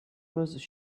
was